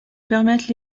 permettre